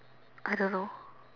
I don't know